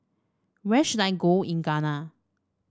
where should I go in Ghana